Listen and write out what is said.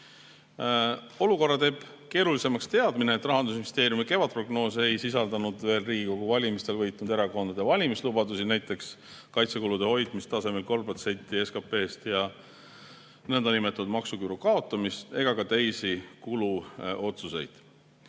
Olukorra teeb keerulisemaks teadmine, et Rahandusministeeriumi kevadprognoos ei sisaldanud veel Riigikogu valimistel võitnud erakondade valimislubadusi, näiteks kaitsekulude hoidmist tasemel 3% SKP-st ja nõndanimetatud maksuküüru kaotamist ega ka teisi kuluotsuseid.